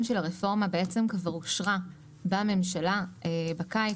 של הרפורמה בעצם כבר אושרה בממשלה בקיץ,